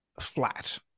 flat